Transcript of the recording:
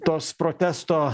tos protesto